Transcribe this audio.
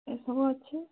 ଏସବୁ ଅଛି